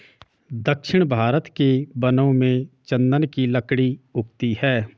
दक्षिण भारत के वनों में चन्दन की लकड़ी उगती है